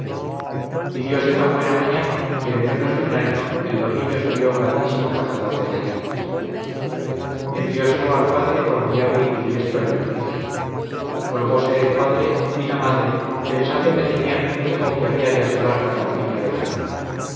y diose tan buena maña que en menos de un año el lobillo salió grandísimo cazador de gallinas envióselo al padre por muy hábil y diestro en el oficio holgose el padre y la madre pensando que tenían un hijo que había de asolar la campiña de ganado